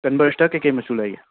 ꯀꯟꯚꯔꯁꯇ ꯀꯩꯀꯩ ꯃꯆꯨ ꯂꯩꯒꯦ